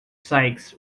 sykes